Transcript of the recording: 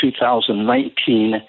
2019